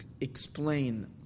explain